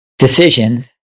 decisions